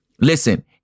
Listen